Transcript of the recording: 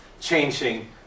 changing